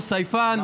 סייפן,